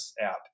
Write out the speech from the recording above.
app